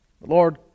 Lord